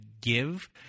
give